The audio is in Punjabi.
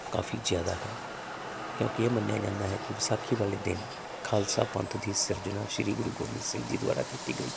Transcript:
ਕਾਫੀ ਜ਼ਆਦਾ ਹੈ ਕਿਉਂਕਿ ਇਹ ਮੰਨਿਆ ਜਾਂਦਾ ਹੈ ਕਿ ਵਿਸਾਖੀ ਵਾਲੇ ਦਿਨ ਖਾਲਸਾ ਪੰਥ ਦੀ ਸਿਰਜਣਾ ਸ੍ਰੀ ਗੁਰੂ ਗੋਬਿੰਦ ਸਿੰਘ ਜੀ ਦੁਆਰਾ ਕੀਤੀ ਗਈ